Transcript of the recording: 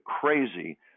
crazy